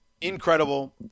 incredible